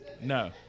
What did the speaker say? No